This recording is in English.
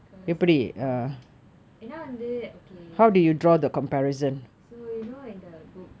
because uh ஏனா வந்து:yaenaa vanthu okay you know in the book